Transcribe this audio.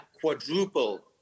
quadruple